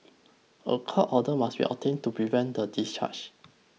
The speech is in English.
a court order must be obtained to prevent the discharge